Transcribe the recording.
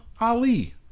Ali